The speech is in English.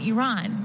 Iran